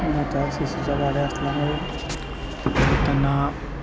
त्या सी सीच्या गाड्या असल्यामुळे त्यांना